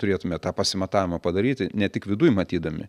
turėtume tą pasimatavimą padaryti ne tik viduj matydami